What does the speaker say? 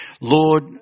Lord